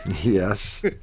Yes